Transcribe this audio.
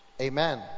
Amen